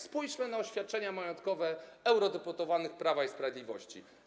Spójrzmy na oświadczenia majątkowe eurodeputowanych Prawa i Sprawiedliwości.